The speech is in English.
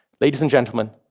ladies and gentlemen,